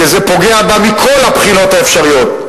כי זה פוגע בה מכל הבחינות האפשריות,